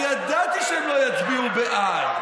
אני ידעתי שהם לא יצביעו בעד.